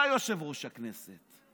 אתה יושב-ראש הכנסת.